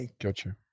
Gotcha